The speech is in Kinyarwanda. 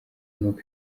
nuko